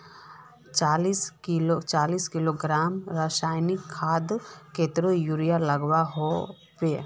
चालीस किलोग्राम रासायनिक खादोत कतेरी यूरिया लागोहो होबे?